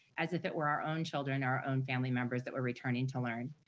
as if it were our own children, our own family members that were returning to learn.